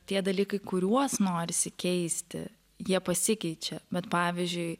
tie dalykai kuriuos norisi keisti jie pasikeičia bet pavyzdžiui